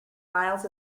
miles